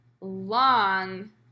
long